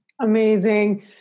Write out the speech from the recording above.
amazing